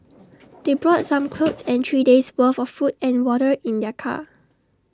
they brought some clothes and three days' worth of food and water in their car